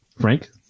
Frank